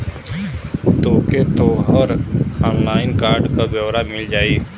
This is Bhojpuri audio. तोके तोहर ऑनलाइन कार्ड क ब्योरा मिल जाई